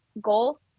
goal